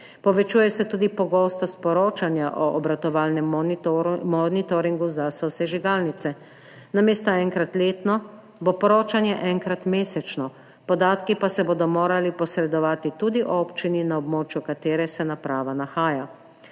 Povečuje se tudi pogostost poročanja o obratovalnem monitoringu za sosežigalnice, namesto enkrat letno bo poročanje enkrat mesečno, podatki pa se bodo morali posredovati tudi občini, na območju katere se naprava nahaja.